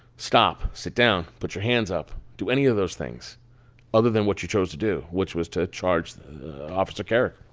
stop, sit down, put your hands up do any of those things other than what you chose to do, which was to charge officer kerrick.